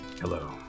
Hello